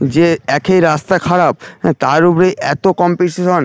যে একেই রাস্তা খারাপ হ্যাঁ তার উপরে এত কম্পিটিশন